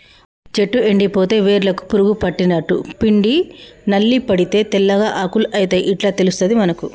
చెట్టు ఎండిపోతే వేర్లకు పురుగు పట్టినట్టు, పిండి నల్లి పడితే తెల్లగా ఆకులు అయితయ్ ఇట్లా తెలుస్తది మనకు